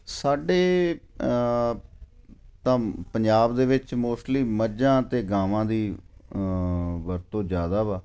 ਸਾਡੇ ਤਾਂ ਪੰਜਾਬ ਦੇ ਵਿੱਚ ਮੋਸਟਲੀ ਮੱਝਾਂ ਅਤੇ ਗਾਵਾਂ ਦੀ ਵਰਤੋਂ ਜ਼ਿਆਦਾ ਵਾ